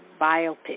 Biopic